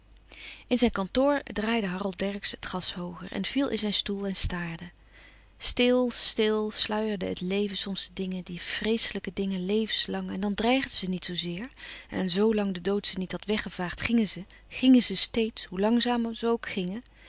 in zijn kantoor draaide harold dercksz het gas hooger en viel in zijn stoel en staarde stil stil sluierde het leven soms de dingen de vreeslijke dingen levens lang en dan dreigden ze niet zoo zeer en zoo lang de dood ze niet had weggevaagd gingen ze gingen ze steeds hoe langzaam ze ook gingen